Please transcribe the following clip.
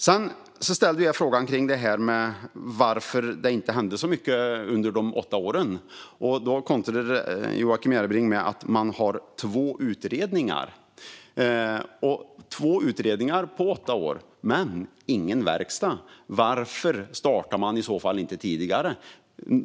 Jag ställde frågan varför det inte hände så mycket under de åtta åren. Joakim Järrebring kontrade med att man har två utredningar. Det blev två utredningar på åtta år men ingen verkstad. Varför startade man inte tidigare?